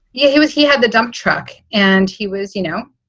yeah, he was he had the dump truck and he was, you know,